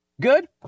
Good